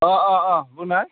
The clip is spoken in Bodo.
अ अ अ बुंनाय